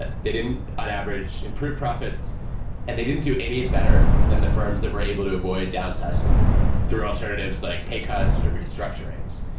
but they didn't, on average, improve profits and they didn't do any better than the firms that were able to avoid downsizings through alternatives like pay cuts or restructurings.